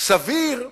סביר שיביאו,